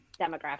demographic